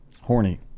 Horny